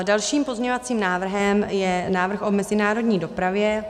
Dalším pozměňovacím návrhem je návrh o mezinárodní dopravě.